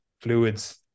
fluids